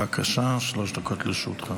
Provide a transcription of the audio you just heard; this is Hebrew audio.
בבקשה, שלוש דקות לרשותך.